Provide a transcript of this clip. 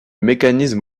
mécanisme